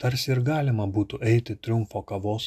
tarsi ir galima būtų eiti triumfo kavos